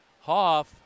Hoff